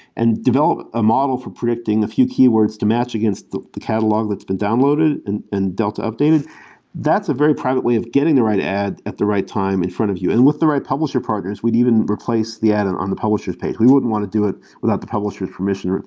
and develop a model for predicting a few keywords to match against the the catalog that's been downloaded and and delta-updated that's a very private way of getting the right ad at the right time in front of you. and with the right publisher progress, we'd even replace the ad and on the publisher s page. we wouldn't want to do it without the publisher s permission.